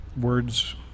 words